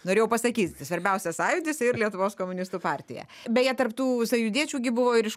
norėjau pasakyt svarbiausia sąjūdis ir lietuvos komunistų partija beje tarp tų sąjūdiečių gi buvo ir iš